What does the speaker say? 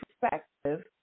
perspective